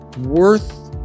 worth